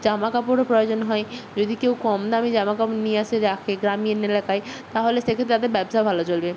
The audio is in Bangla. জামা কাপড়ও প্রয়োজন হয় যদি কেউ কম দামি জামা কাপড় নিয়ে এসে রাখে গ্রামীণ এলাকায় তাহলে সেক্ষেত্রে তাদের ব্যবসা ভালো চলবে